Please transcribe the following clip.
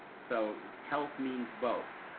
so health means both.